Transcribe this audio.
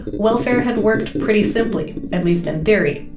welfare had worked pretty simply, at least in theory.